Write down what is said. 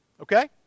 Okay